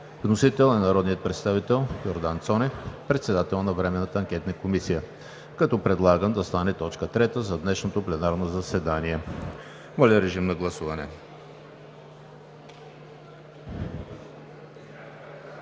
Вносител е народният представител Йордан Цонев – председател на Временната анкетна комисия, като предлагам да стане точка трета за днешното пленарно заседание. Моля, гласувайте.